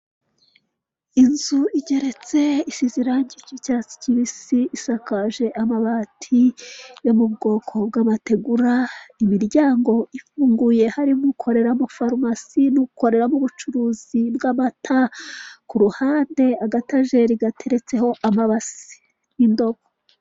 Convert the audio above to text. Inzu igeretse ,isize irange ry' icyatsi kibisi, isakaje amabati yo mubwoko bw'amategura, imiryango ifunguye harimo ukoreramo farumasi n'ukoreramo ubucuruzi bw' amata ,kuruhande agatajeri kageretseho amabase n' indobo.